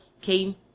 came